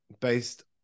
based